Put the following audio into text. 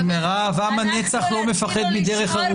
מירב, עם הנצח לא מפחד מדרך ארוכה.